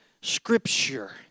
Scripture